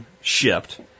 shipped